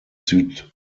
südöstlich